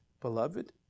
beloved